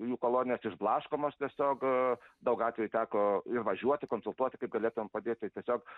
jų kolonijos išblaškomos tiesiog daug atvejų teko ir važiuoti konsultuoti kaip galėtumėm padėti tiesiog